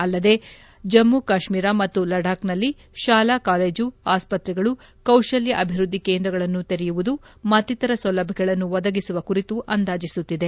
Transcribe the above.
ಅಲ್ಲದೇ ಜಮ್ಲಿ ಕಾಶ್ಮೀರ ಮತ್ತು ಲಡಾಬ್ನಲ್ಲಿ ಶಾಲಾ ಕಾಲೇಜು ಆಸ್ವತ್ರೆಗಳು ಕೌಶಲ್ತ ಅಭಿವೃದ್ದಿ ಕೇಂದ್ರಗಳನ್ನು ತೆರೆಯುವುದು ಮತ್ತಿತರ ಸೌಲಭ್ಯಗಳನ್ನು ಒದಗಿಸುವ ಕುರಿತು ಅಂದಾಜಿಸುತ್ತಿದೆ